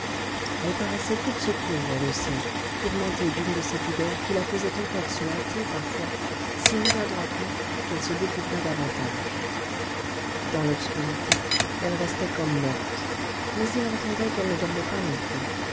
elle paraissait toute secouée elle aussi tourmentée d'une de ces pudeurs qui la faisaient encore se hâter parfois si maladroitement qu'elle se découvrait davantage dans l'obscurité elle restait comme morte mais il entendait qu'elle ne dormait pas non plus